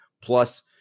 Plus